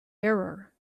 error